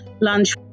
lunch